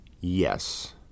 Yes